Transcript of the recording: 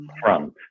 front